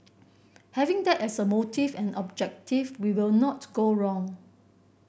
having that as a motive and objective we will not go wrong